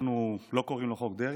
אנחנו לא קוראים לו חוק דרעי.